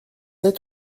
sept